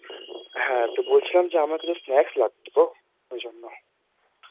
হ্যাঁ তা বলছিলাম যে আমার কিছু স্ন্যাক্স লাগতো ওই জন্য